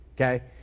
okay